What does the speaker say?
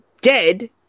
dead